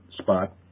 spot